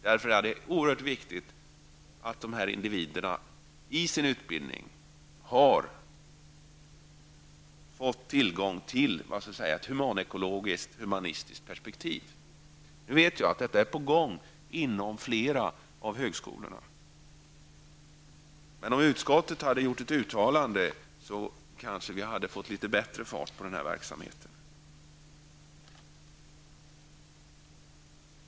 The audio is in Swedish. Det är därför oerhört viktigt att dessa individer får tillgång till ett humanekologiskt och humanistiskt perspektiv i sin utbildning. Nu vet jag att detta är på gång inom flera av högskolorna. Men om utskottet hade gjort ett uttalande kanske vi fått litet bättre fart på den verksamheten.